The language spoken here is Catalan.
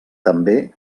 també